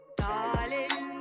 darling